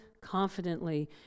confidently